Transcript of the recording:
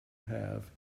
have